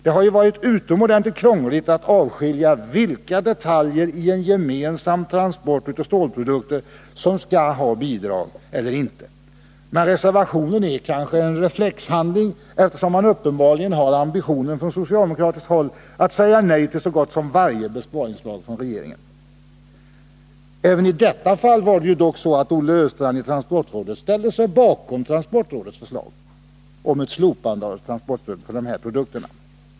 Det har ju varit utomordentligt krångligt att avskilja vilka detaljer i en gemensam transport av stålprodukter som skall ha bidrag och vilka som inte skall ha det. Men reservationen är kanske en reflexhandling, eftersom man uppenbarligen har ambitionen från socialdemokratiskt håll att säga nej till så gott som varje besparingsförslag från regeringen. Även i detta fall var det dock så att Olle Östrand i transportrådet ställde sig bakom transportrådets förslag om ett slopande av transportstödet för dessa produkter.